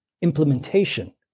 implementation